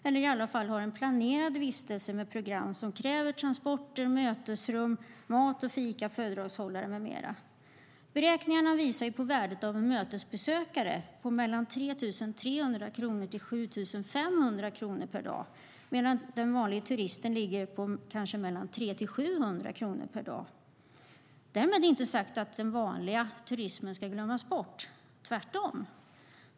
Man har i alla fall en planerad vistelse med program som kräver transporter, mötesrum, mat och fika, föredragshållare med mera. Beräkningar visar ett värde för en mötesbesökare på mellan 3 300 kronor och 7 500 kronor per dag, medan den vanliga turisten ligger på ungefär 300-700 kronor per dag. Därmed inte sagt att den vanliga turismen ska glömmas bort - tvärtom.